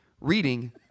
reading